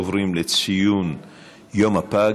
עוברים לציון יום הפג,